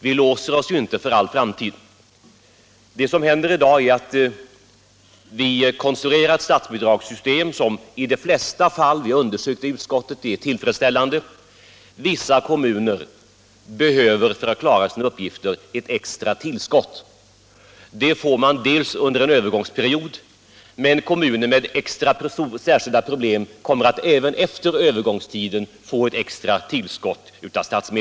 Vi låser oss alltså inte för all framtid. Det som händer i dag är att vi konstruerar ett statsbidragssystem som i de flesta fall — vi har undersökt det i utskottet — är tillfredsställande. Vissa kommuner behöver för att klara sina uppgifter ett extra tillskott av statsmedel, och det får de under en övergångsperiod. Kommuner med särskilda problem kommer emellertid även efter övergångstiden att få ett extra tillskott.